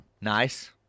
Nice